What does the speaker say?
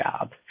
job